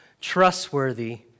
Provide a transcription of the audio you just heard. trustworthy